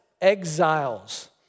exiles